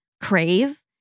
crave